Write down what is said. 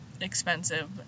expensive